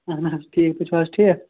اَہَن حظ ٹھیٖک تُہۍ چھُو حظ ٹھیٖک